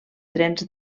trens